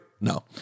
No